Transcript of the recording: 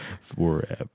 Forever